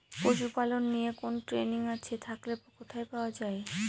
পশুপালন নিয়ে কোন ট্রেনিং আছে থাকলে কোথায় পাওয়া য়ায়?